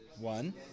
One